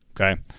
okay